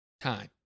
time